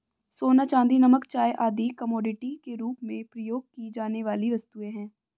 सोना, चांदी, नमक, चाय आदि कमोडिटी के रूप में प्रयोग की जाने वाली वस्तुएँ हैं